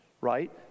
right